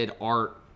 art